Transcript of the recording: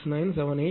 96978 0